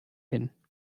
hin